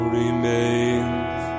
remains